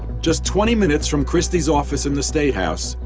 just twenty minutes from christie's office in the state house,